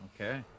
Okay